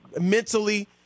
mentally